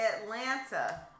Atlanta